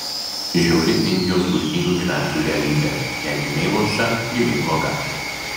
žiauri indijos lūšnynų gyventojų realybė jei gimei luoša gimei bloga